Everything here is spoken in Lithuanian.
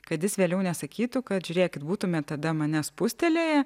kad jis vėliau nesakytų kad žiūrėkit būtumėt tada mane spustelėję